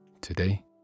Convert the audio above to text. Today